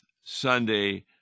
Sunday